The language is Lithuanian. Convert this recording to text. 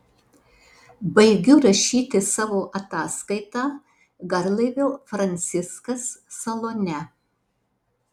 baigiu rašyti savo ataskaitą garlaivio franciskas salone